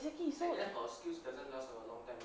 exactly so